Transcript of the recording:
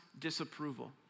disapproval